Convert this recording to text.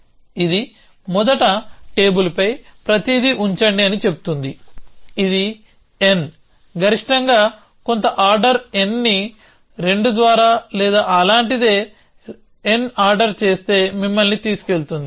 ఇది మొదట టేబుల్పై ప్రతిదీ ఉంచండి అని చెబుతుంది ఇది n గరిష్టంగా కొంత ఆర్డర్ nని 2 ద్వారా లేదా అలాంటిదే లేదా n ఆర్డర్ చేస్తే మిమ్మల్ని తీసుకెళ్తుంది